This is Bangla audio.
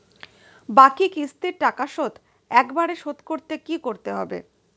বাকি কিস্তির টাকা শোধ একবারে শোধ করতে কি করতে হবে?